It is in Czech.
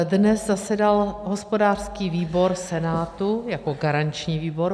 Dnes zasedal hospodářský výbor Senátu jako garanční výbor.